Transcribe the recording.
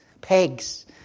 pegs